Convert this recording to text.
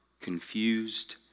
confused